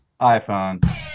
iPhone